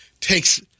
Takes